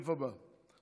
נוסיף אותך בעד.